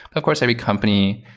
of course, every company,